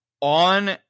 on